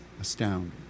astounding